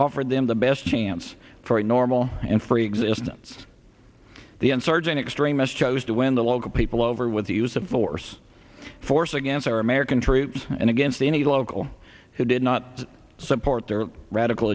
offered them the best chance for a normal and free existence the insurgent extremists chose to win the local people over with the use of force force against our american troops and against any local who did not support their radical